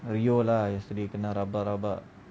you lah yesterday kena rabak-rabak